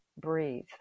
breathe